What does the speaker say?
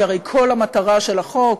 כי הרי כל המטרה של החוק